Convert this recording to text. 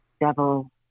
devil